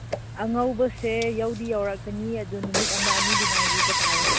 ꯑꯉꯧꯕꯁꯦ ꯌꯧꯗꯤ ꯌꯧꯔꯛꯀꯅꯤ ꯑꯗꯨ ꯅꯨꯃꯤꯠ ꯑꯃ ꯑꯅꯤꯗꯤ ꯉꯥꯏꯕꯤꯕ ꯇꯥꯔꯦ